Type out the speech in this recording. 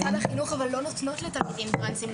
משרד החינוך לא נותנות לתלמידים טרנסים,